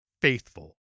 faithful